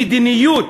מדיניות,